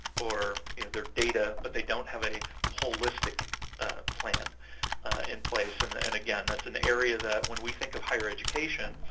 or their data, but they don't have a holistic plan in place. and, and again, that's an area that when we think of higher education,